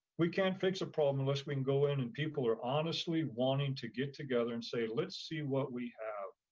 we can't fix a problem unless we can go in and people are honestly wanting to get together and say let's see what we have,